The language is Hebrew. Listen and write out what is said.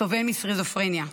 סובל מסכיזופרניה.